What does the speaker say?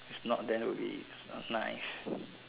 if not then will be a knife